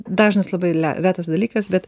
dažnas labai retas dalykas bet